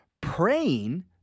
Praying